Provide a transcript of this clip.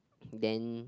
then